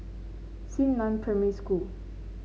Xingnan Primary School